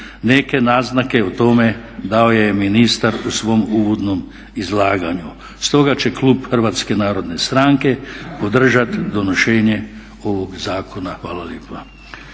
Neke naznake o tome dao je ministar u svom uvodnom izlaganju. Stoga će klub HNS-a podržat donošenje ovog zakona. Hvala lijepa.